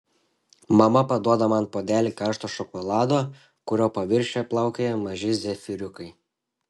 mama paduoda man puodelį karšto šokolado kurio paviršiuje plaukioja maži zefyriukai